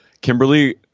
Kimberly